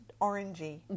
orangey